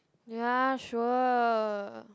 ya sure